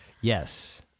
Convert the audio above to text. Yes